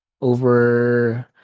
over